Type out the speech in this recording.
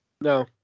No